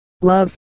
love